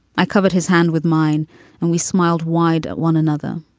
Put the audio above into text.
i covered his hand with mine and we smiled wide at one another.